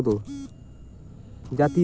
জাতীয় পেনশন যোজনার সুদের চক্রবৃদ্ধি হার কত?